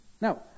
Now